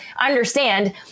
understand